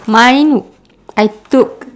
mine I took